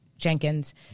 Jenkins